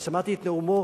ושמעתי את נאומו